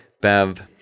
Bev